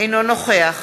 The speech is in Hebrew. אינו נוכח